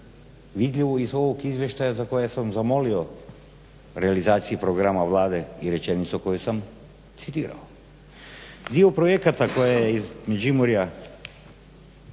vidljivo iz ovog izvještaja za koje sam zamolio realizaciju programa Vlade i rečenicu koju sam citirao. Dio projekata koje iz Međimurja